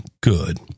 good